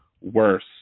worse